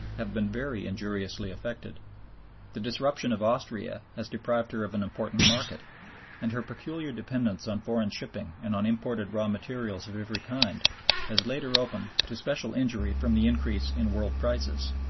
have been very injuriously affected the disruption of austria has deprived her of an important market and her peculiar dependence on foreign shipping and on imported raw materials of every kind has laid her open to special injury from the increase of world prices.